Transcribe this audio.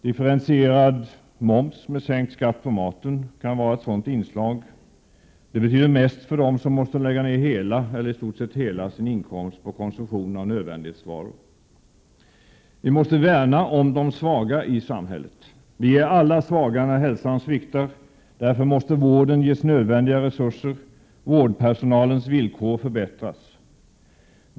Differentierad moms med sänkt skatt på maten kan vara ett sådant inslag. Det betyder mest för dem som lägger stort sett hela sin inkomst på konsumtion av nödvändighetsvaror. Vi måste värna om de svaga i samhället. Vi är alla svaga när hälsan sviktar, och därför måste vården ges nödvändiga resurser och vårdpersonalens villkor förbättras.